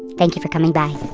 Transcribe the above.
thank you for coming back